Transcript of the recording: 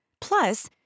Plus